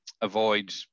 avoid